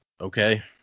Okay